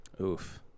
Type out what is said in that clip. Oof